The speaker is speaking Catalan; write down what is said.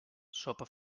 sopa